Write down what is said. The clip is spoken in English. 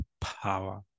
power